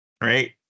Right